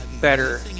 better